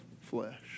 flesh